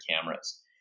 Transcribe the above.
cameras